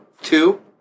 Two